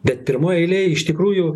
bet pirmoj eilėj iš tikrųjų